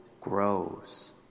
grows